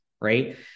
right